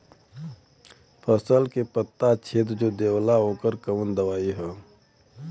फसल के पत्ता छेद जो देवेला ओकर कवन दवाई ह?